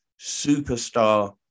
Superstar